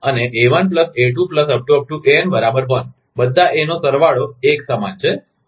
અને a1 a2 an 1 બધા એ નો સરવાળો એક સમાન છે